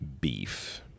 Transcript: Beef